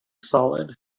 solid